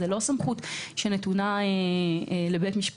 היא לא סמכות שנתונה לבית משפט.